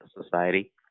Society